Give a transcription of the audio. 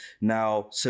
Now